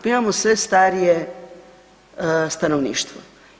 Mi imamo sve starije stanovništvo.